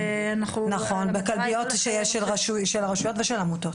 נכון, בכלביות של הרשויות ושל העמותות.